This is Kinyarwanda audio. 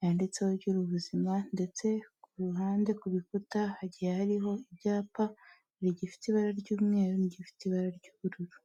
yanditseho gira ubuzima ndetse ku ruhande ku bikuta hagiye hariho ibyapa hari igifite ibara ry'umweru n'igifite ibara ry'ubururu.